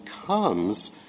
becomes